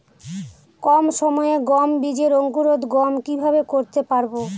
কম সময়ে গম বীজের অঙ্কুরোদগম কিভাবে করতে পারব?